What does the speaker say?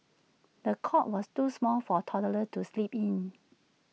the cot was too small for toddler to sleep in